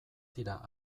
dira